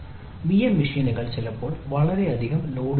VM മെഷീനുകൾ ചിലപ്പോൾ വളരെയധികം ലോഡുചെയ്യുന്നു